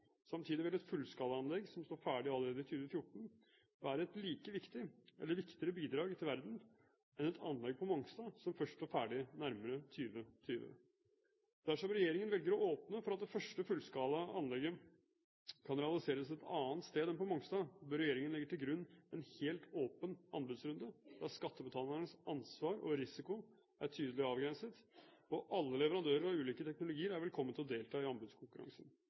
Samtidig vil et fullskalaanlegg som står ferdig allerede i 2014, være et like viktig – eller viktigere – bidrag til verden som et anlegg på Mongstad som først står ferdig nærmere 2020. Dersom regjeringen velger å åpne for at det første fullskalaanlegget kan realiseres et annet sted enn på Mongstad, bør regjeringen legge til grunn en helt åpen anbudsrunde, der skattebetalernes ansvar og risiko er tydelig avgrenset, og alle leverandører av ulike teknologier er velkommen til å delta i anbudskonkurransen.